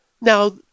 Now